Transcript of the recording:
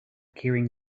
keyring